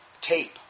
tape